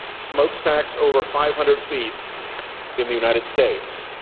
smokestacks over five hundred feet in the united states,